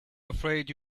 afraid